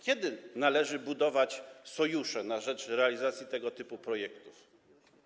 Kiedy należy budować sojusze na rzecz realizacji tego typu projektów?